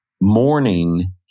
Mourning